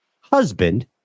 husband